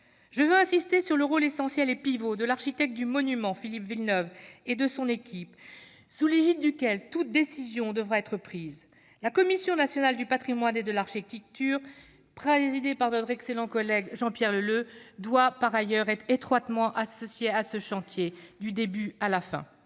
Je veux insister sur le rôle essentiel et pivot de l'architecte en chef du monument, Philippe Villeneuve, et de son équipe, sous l'égide duquel toute décision devra être prise. La Commission nationale du patrimoine et de l'architecture, présidée par notre excellent collègue Jean-Pierre Leleux, doit par ailleurs être étroitement associée à ce chantier, du début à la fin.